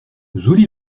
joli